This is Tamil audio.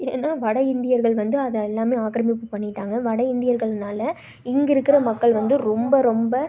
ஏன்னால் வட இந்தியர்கள் வந்து அதை எல்லாமே ஆக்கிரமிப்பு பண்ணிவிட்டாங்க வட இந்தியர்கள்னால் இங்கிருக்கிற மக்கள் வந்து ரொம்ப ரொம்ப